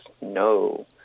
no